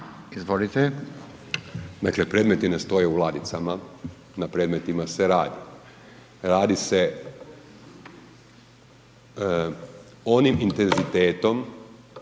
Dražen** Dakle, predmeti ne stoje u ladicama, na predmetima se radi, radi se onim intenzitetom